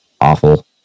awful